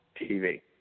TV